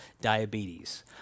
diabetes